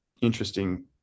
interesting